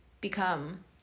become